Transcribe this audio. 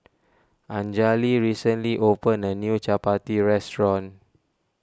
Anjali recently opened a new Chapati restaurant